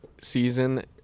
season